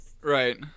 Right